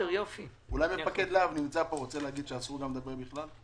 אולי אנשי לה"ב נמצאים פה ורוצים להגיד שאסור לדבר בכלל?